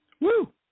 Woo